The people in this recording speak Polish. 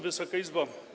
Wysoka Izbo!